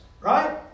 right